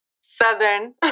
Southern